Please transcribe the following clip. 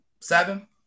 Seven